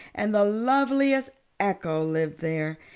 and the loveliest echo lived there.